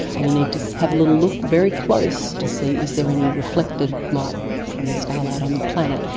and you need to have a little look very close to see is there any reflected light from the starlight on the planet.